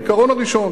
העיקרון הראשון